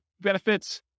benefits